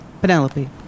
Penelope